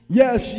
yes